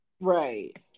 right